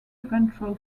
ventral